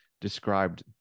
described